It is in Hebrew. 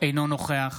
אינו נוכח